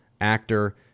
actor